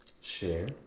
Share